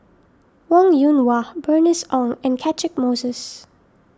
Wong Yoon Wah Bernice Ong and Catchick Moses